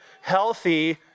healthy